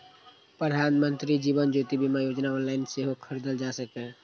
प्रधानमंत्री जीवन ज्योति बीमा योजना ऑनलाइन सेहो खरीदल जा सकैए